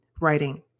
writing